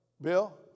Bill